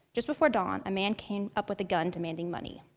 just before dawn, a man came up with a gun demanding money.